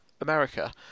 America